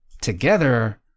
together